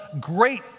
great